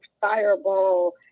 fireball